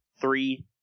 three